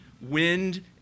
wind